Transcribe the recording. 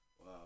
Wow